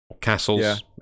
Castles